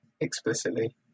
explicitly